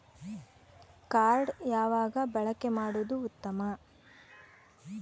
Card ಯಾವಾಗ ಬಳಕೆ ಮಾಡುವುದು ಉತ್ತಮ?